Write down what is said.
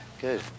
good